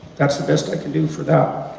that's the best i can do for that.